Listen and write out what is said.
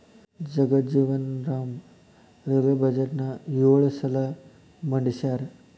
Jagjivan Ram railway ಬಜೆಟ್ನ ಯೊಳ ಸಲ ಮಂಡಿಸ್ಯಾರ